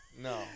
No